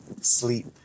sleep